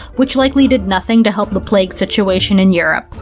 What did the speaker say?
which likely did nothing to help the plague situation in europe.